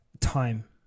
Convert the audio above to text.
Time